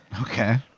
Okay